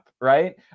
right